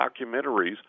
documentaries